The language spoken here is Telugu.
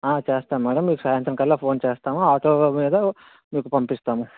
చేస్తాం మేడం మీకుసాయంత్రం కల్లా ఫోన్ చేస్తాము ఆటో మీద మీకు పంపిస్తాము